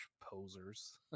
posers